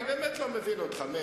אני באמת לא מבין אותך.